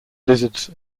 lizards